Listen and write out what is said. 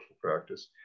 practice